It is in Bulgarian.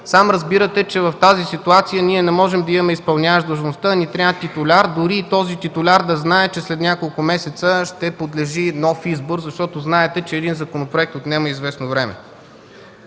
Сам разбирате, че в тази ситуация не можем да имаме изпълняващ длъжността. Трябва ни титуляр, дори този титуляр да знае, че след няколко месеца ще подлежи на нов избор. Знаете, че един законопроект отнема известно време.